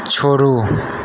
छोड़ू